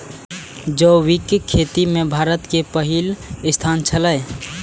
जैविक खेती में भारत के पहिल स्थान छला